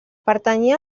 pertanyia